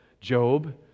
Job